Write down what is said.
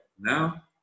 now